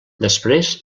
després